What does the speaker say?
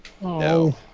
No